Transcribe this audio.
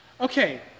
Okay